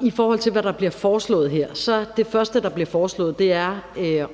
I forslaget bliver det for det første foreslået, at